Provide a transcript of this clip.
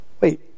wait